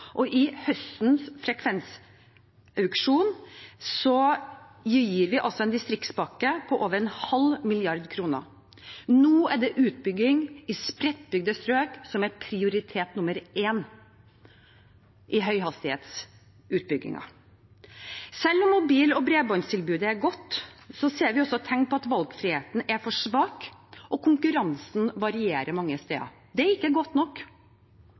og i høstens frekvensauksjon gir vi en distriktspakke på over en halv milliard kroner. Nå er det utbygging i spredtbygde strøk som er prioritet nummer én i høyhastighetsutbyggingen. Selv om mobil- og bredbåndstilbudet er godt, ser vi også tegn på at valgfriheten er for svak, og at konkurransen varierer mange steder. Det er ikke godt nok.